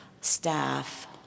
staff